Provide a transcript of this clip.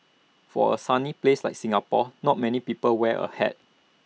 for A sunny place like Singapore not many people wear A hat